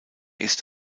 ist